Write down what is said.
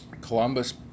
Columbus